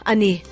Ani